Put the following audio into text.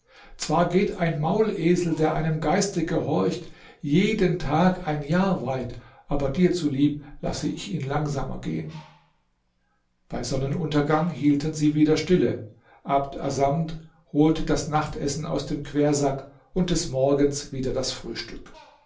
zwar geht ein maulesel der einem geiste gehorcht jeden tag ein jahr weit aber dir zulieb lasse ich ihn langsamer gehen bei sonnenuntergang hielten sie wieder stille abd assamd holte das nachtessen aus dem quersack und des morgens wieder das frühstück